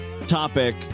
topic